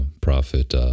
Prophet